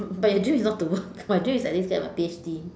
but your dream is not to work my dream is at least get my P_H_D